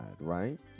right